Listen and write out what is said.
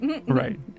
right